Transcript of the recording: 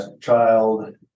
child